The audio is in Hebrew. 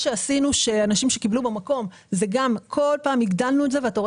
אנשים שקיבלו במקום וכל פעם הגדלנו את זה ואתה גם